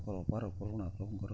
ଅପାର କରୁଣା ପ୍ରଭୁଙ୍କର